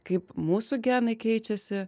kaip mūsų genai keičiasi